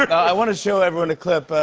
i want to show everyone a clip.